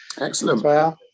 Excellent